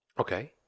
okay